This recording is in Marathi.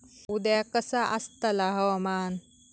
उद्या कसा आसतला हवामान?